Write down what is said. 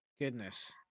Goodness